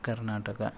Karnataka